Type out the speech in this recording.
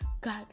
God